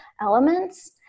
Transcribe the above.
elements